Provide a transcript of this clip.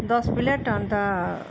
दस प्लेट अन्त